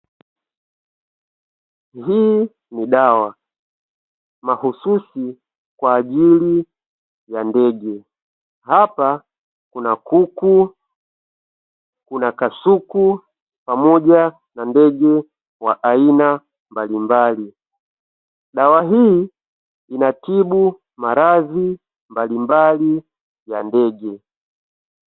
Hii ni dawa mahususi kwa ajili ya ndege, hapa kuna kuku, kuna kasuku pamoja na ndege wa aina mbalimbali. Dawa hii inatibu maradhi mbalimbali ya ndege.